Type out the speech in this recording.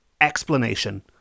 explanation